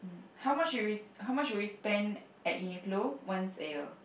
how much will you how much will you spend at Uniqlo once a year